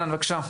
אלחנן בבקשה.